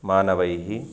मानवैः